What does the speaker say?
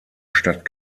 stadt